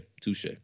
touche